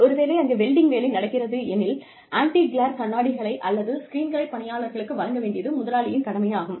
ஒருவேளை அங்கே வெல்டிங் வேலை நடக்கிறது எனில் ஆன்டிகிளேர் கண்ணாடிகளை அல்லது ஸ்கிரீன்களை பணியாளர்களுக்கு வழங்க வேண்டியது முதலாளியின் கடமையாகும்